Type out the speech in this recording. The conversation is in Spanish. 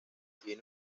tiene